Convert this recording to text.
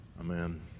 Amen